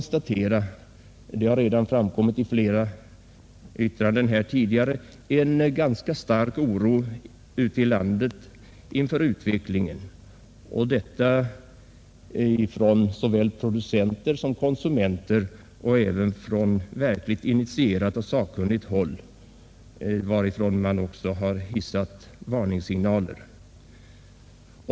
Som redan framkommit i flera yttranden här, råder i dag en ganska stor oro ute i landet inför utvecklingen och detta såväl bland producenter som bland konsumenter, även på verkligt initierat och sakkunnigt håll, varifrån varningssignaler har hissats.